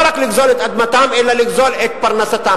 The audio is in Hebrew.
לא רק לגזול את אדמתם אלא לגזול את פרנסתם.